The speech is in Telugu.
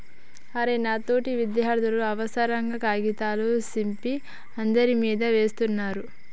అరె నా తోటి విద్యార్థులు అనవసరంగా కాగితాల సింపి అందరి మీదా వేస్తున్నారు